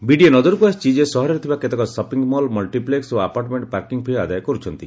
BDA ନକରକୁ ଆସିଛି ଯେ ସହରରେ ଥିବା କେତେକ ସପିଂମଲ୍ ମଲ୍ଟିପ୍ଲେକ୍ ଓ ଆପାର୍ଟମେଣ୍କ ପାର୍କିଂ ଫି ଆଦାୟ କରୁଛନ୍ତି